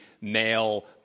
male